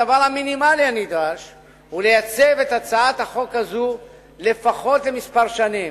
הדבר המינימלי הנדרש הוא לייצב את הצעת החוק הזאת לפחות לכמה שנים,